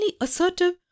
assertive